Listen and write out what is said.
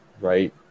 right